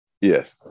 Yes